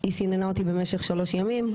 היא סיננה אותי במשך שלושה ימים,